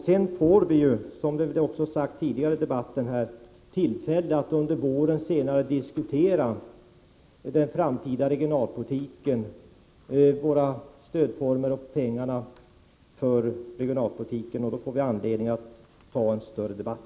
Som det har sagts tidigare i debatten får vi tillfälle att senare under våren diskutera den framtida regionalpolitiken, våra stödformer och pengarna för regionalpolitiken. Då får vi anledning att ta en större debatt.